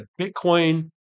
Bitcoin